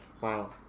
Wow